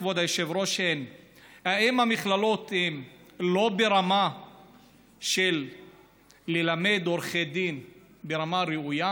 כבוד היושב-ראש: האם המכללות הן לא ברמה של ללמד עורכי דין ברמה ראויה?